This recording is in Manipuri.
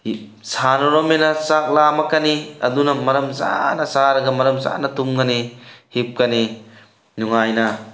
ꯁꯥꯟꯅꯔꯣꯔꯃꯤꯅ ꯆꯥꯛ ꯂꯥꯝꯃꯛꯀꯅꯤ ꯑꯗꯨꯅ ꯃꯔꯝ ꯆꯥꯅ ꯆꯥꯔꯒ ꯃꯔꯝ ꯆꯥꯅ ꯇꯨꯝꯒꯅꯤ ꯍꯤꯞꯀꯅꯤ ꯅꯨꯡꯉꯥꯏꯅ